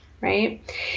Right